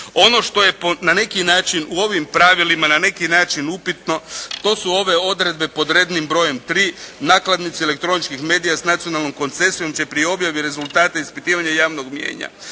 Ono što je na neki način u ovim pravilima na neki način upitno, to su ove odredbe pod rednim brojem 3. Nakladnici elektroničkih medija s nacionalnom koncesijom će pri objavi rezultata i ispitivanja javnog mnijenja